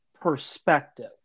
perspective